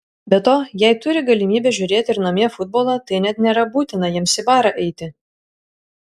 be to jei turi galimybę žiūrėti ir namie futbolą tai net nėra būtina jiems į barą eiti